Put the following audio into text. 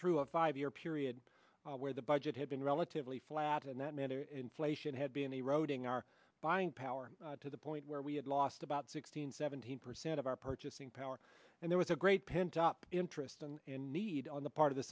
through a five year period where the budget had been relatively flat and that meant inflation had been eroding our buying power to the point where we had lost about sixteen seventeen percent of our purchasing power and there was a great pent up interest and need on the part of the